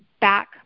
back